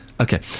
Okay